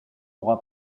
aura